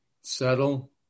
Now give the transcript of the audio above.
settle